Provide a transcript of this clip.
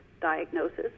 diagnosis